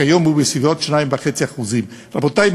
כיום הוא בסביבות 2.5%. רבותי,